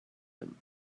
him